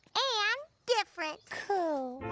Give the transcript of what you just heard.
and different. cool.